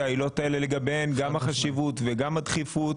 העילות האלה לגביהן גם החשיבות וגם הדחיפות.